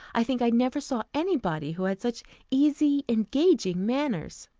i think i never saw any body who had such easy engaging manners.